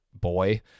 boy